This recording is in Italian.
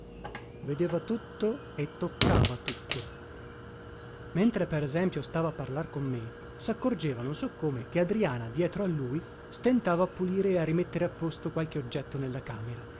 vedeva tutto e toccava tutto mentre per esempio stava a parlar con me saccorgeva non so come che adriana dietro a lui stentava a pulire e a rimettere a posto qualche oggetto nella camera